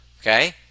Okay